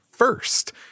First